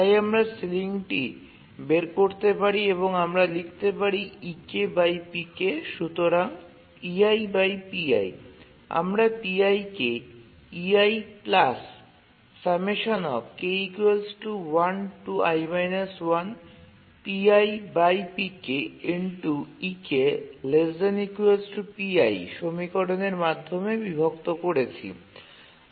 তাই আমরা সিলিংটি বের করতে পারি এবং আমরা লিখতে পারি সুতরাং আমরা pi কে সমীকরণের মাধ্যমে বিভক্ত করেছি